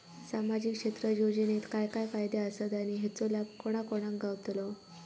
सामजिक क्षेत्र योजनेत काय काय फायदे आसत आणि हेचो लाभ कोणा कोणाक गावतलो?